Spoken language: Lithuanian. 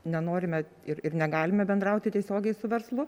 nenorime ir ir negalime bendrauti tiesiogiai su verslu